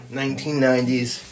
1990s